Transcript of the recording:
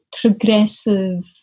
progressive